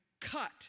cut